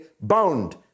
bound